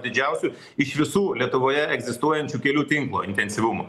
didžiausių iš visų lietuvoje egzistuojančių kelių tinklo intensyvumo